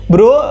Bro